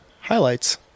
highlights